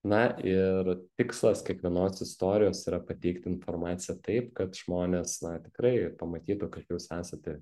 na ir tikslas kiekvienos istorijos yra pateikti informaciją taip kad žmonės na tikrai pamatytų kad jūs esate